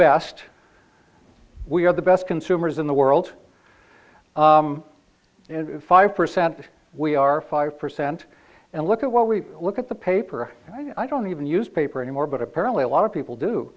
best we are the best consumers in the world five percent we are five percent and look at what we look at the paper and i don't even use paper anymore but apparently a lot of people do